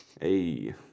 Hey